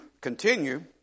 continue